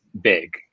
big